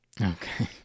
Okay